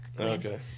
Okay